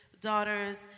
daughters